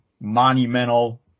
monumental